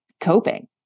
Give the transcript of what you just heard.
coping